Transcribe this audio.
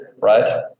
right